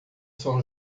são